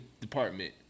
department